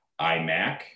iMac